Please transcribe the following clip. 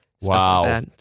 wow